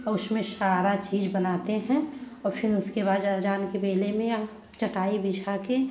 उसमें सारा चीज़ बनाते हैं और फिर उसके बाद अजान के बेले में या चटाई बिछा कर